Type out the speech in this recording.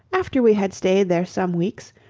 after we had stayed there some weeks,